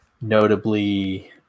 Notably